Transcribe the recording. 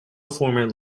former